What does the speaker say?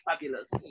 fabulous